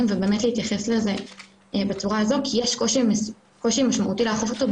ובאמת להתייחס לזה בצורה הזאת כי יש קושי משמעותי לאכוף אותו,